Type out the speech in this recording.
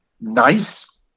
nice